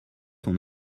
ton